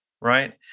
right